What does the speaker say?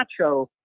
Nacho